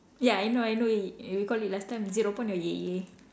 ya I know I know it we call it last time zero point or yay yay